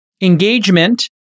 engagement